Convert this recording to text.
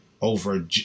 over